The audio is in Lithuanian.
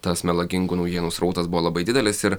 tas melagingų naujienų srautas buvo labai didelis ir